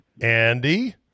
Andy